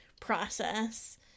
process